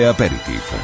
Aperitif